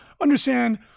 understand